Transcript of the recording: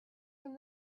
from